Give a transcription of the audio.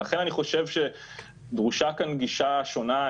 ולכן אני חושב שדרושה כאן גישה שונה,